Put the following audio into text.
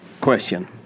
Question